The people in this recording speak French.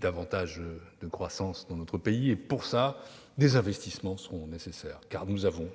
davantage de croissance dans notre pays et, pour cela, des investissements seront nécessaires. En effet, nous avons